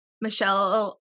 Michelle